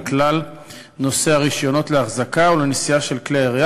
כלל נושאי הרישיונות לאחזקה ולנשיאה של כלי ירייה,